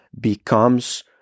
becomes